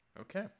okay